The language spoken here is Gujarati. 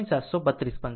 732 થશે